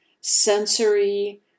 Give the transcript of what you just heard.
sensory